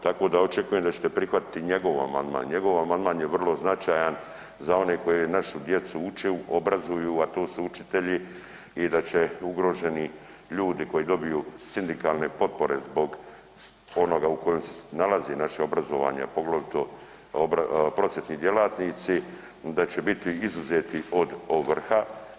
Tako da očekujem da ćete prihvatiti njegov amandman, njegov amandman je vrlo značajan za one koji našu djecu uče, obrazuju, a to su učitelji i da će ugroženi ljudi koji dobiju sindikalne potpore zbog onoga u kojem se nalazi naše obrazovanje, a poglavito prosvjetni djelatnici, da će biti izuzeti od ovrha.